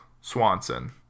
Swanson